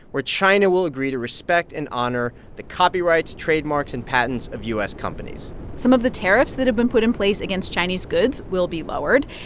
where china will agree to respect and honor the copyrights, trademarks and patents of u s. companies some of the tariffs that have been put in place against chinese goods will be lowered,